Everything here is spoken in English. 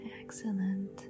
excellent